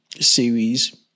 series